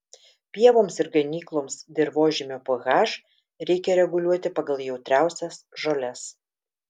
pievoms ir ganykloms dirvožemio ph reikia reguliuoti pagal jautriausias žoles